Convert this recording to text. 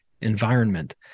environment